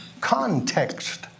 context